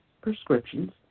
prescriptions